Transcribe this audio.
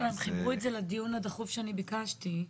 חיברו את זה לדיון הדחוף שאני ביקשתי.